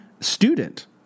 student